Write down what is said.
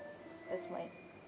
that's mine